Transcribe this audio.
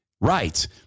Right